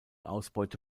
ausbeute